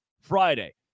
Friday